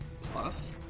Plus